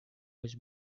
was